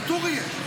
פטור יהיה.